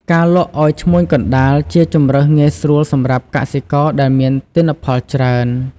ការលក់ឱ្យឈ្មួញកណ្តាល ជាជម្រើសងាយស្រួលសម្រាប់កសិករដែលមានទិន្នផលច្រើន។